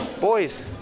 Boys